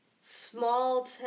small